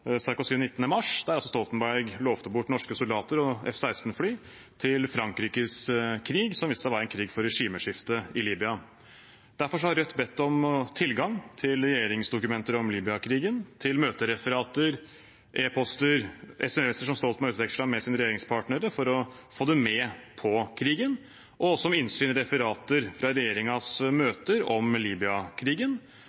Sarkozy 19. mars, der altså Stoltenberg lovte bort norske soldater og F-16-fly til Frankrikes krig, som viste seg å være en krig for regimeskifte i Libya. Derfor har Rødt bedt om tilgang til regjeringsdokumenter om Libya-krigen, til møtereferater, e-poster og sms-er som Stoltenberg utvekslet med sine regjeringspartnere for å få dem med på krigen, og også om innsyn i referater fra